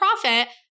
profit